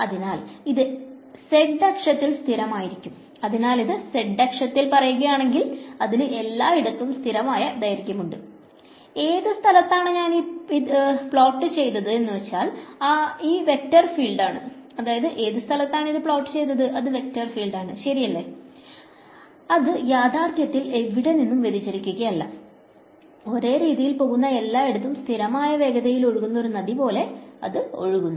അതിനാൽ ഇത് z അക്ഷത്തിൽ സ്ഥിരമായിരിക്കും അതിനാൽ ഇത് z അക്ഷത്തിൽ പറയുകയാണെങ്കിൽ അതിന് എല്ലായിടത്തും സ്ഥിരമായ ദൈർഘ്യമുണ്ട് ഏത് സ്ഥലത്താണ് ഞാൻ ഈ പ്ലോട്ട് ചെയ്താലും ഈ വെക്റ്റർ ഫീൽഡ് ഇത് ശരിയാണ് അത് യഥാർത്ഥത്തിൽ എവിടെനിന്നും വ്യതിചലിക്കുകയല്ല ഒരേ രീതിയിൽ പോകുന്ന എല്ലായിടത്തും സ്ഥിരമായ വേഗതയിൽ ഒഴുകുന്ന ഒരു നദി പോലെ ഒഴുകുന്നു